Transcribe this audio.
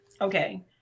okay